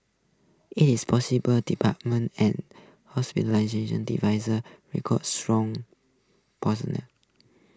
its department and hospitality divisions recorded strong